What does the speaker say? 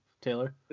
Taylor